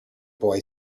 boy